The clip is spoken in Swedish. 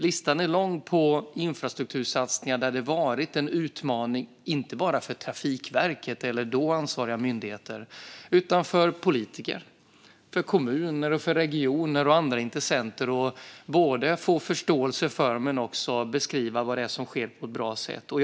Listan är lång över infrastruktursatsningar där det har varit en utmaning för inte bara Trafikverket eller då ansvariga myndigheter utan för politiker, för kommuner, för regioner och för andra intressenter. Det handlar om att få förståelse men också om att beskriva vad som sker på ett bra sätt. Fru talman!